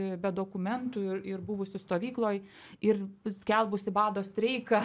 be dokumentų ir ir buvusi stovykloj ir skelbusi bado streiką